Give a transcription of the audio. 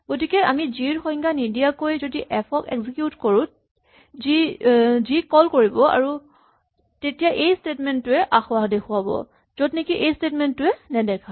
গতিকে আমি জি ৰ সংজ্ঞা নিদিয়াকৈ যদি এফ ক এক্সিকিউট কৰোঁ যি জি ক কল কৰিব তেতিয়া এই স্টেটমেন্ট টোৱে আসোঁৱাহ দেখুৱাব য'তনেকি এইটো স্টেটমেন্ট এ নেদেখুৱায়